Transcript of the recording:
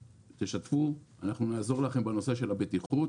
תשתפו ואנחנו נעזור לכם בנושא הבטיחות